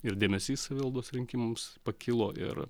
ir dėmesys savivaldos rinkimams pakilo ir